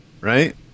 Right